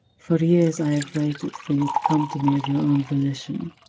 for years, i have waited for you to come to me of your own volition.